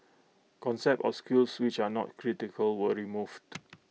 concepts or skills which are not critical were removed